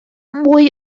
mwy